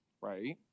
right